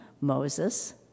Moses